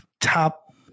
top